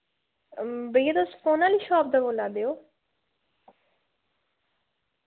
भैया तुस फोन आह्ली शाप दा बोल्ला दे ओ